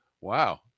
Wow